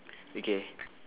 okay